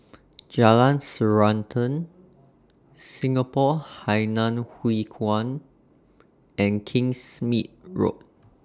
Jalan Srantan Singapore Hainan Hwee Kuan and Kingsmead Road